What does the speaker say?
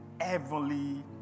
heavenly